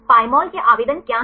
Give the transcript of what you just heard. Pymol के आवेदन क्या हैं